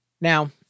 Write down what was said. Now